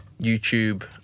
YouTube